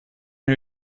who